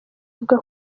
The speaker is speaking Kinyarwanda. avuga